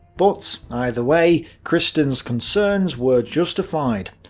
but either way, christern's concerns were justified.